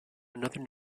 another